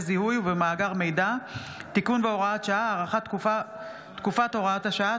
זיהוי ובמאגר מידע (תיקון והוראת שעה) (הארכת תקופת הוראת השעה),